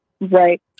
right